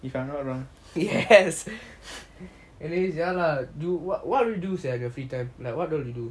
if I'm not wrong